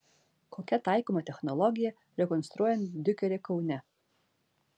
kokia taikoma technologija rekonstruojant diukerį kaune